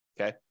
Okay